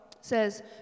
says